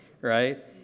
right